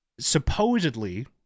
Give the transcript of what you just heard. Supposedly